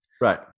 Right